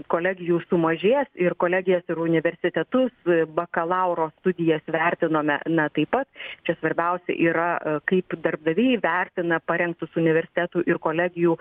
kolegijų sumažės ir kolegijas ir universitetus bakalauro studijas vertinome na taip pat čia svarbiausia yra kaip darbdaviai vertina parengtus universitetų ir kolegijų